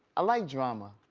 ah like drama,